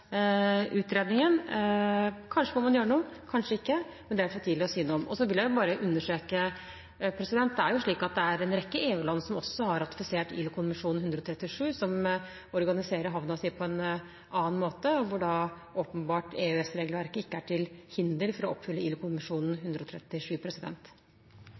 Kanskje må man gjøre noe, kanskje ikke, men det er for tidlig å si noe om. Så vil jeg bare understreke: Det er slik at det er en rekke EU-land som også har ratifisert ILO-konvensjon 137, som organiserer havna si på en annen måte, og hvor da åpenbart EØS-regelverket ikke er til hinder for å oppfylle